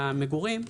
המגורים,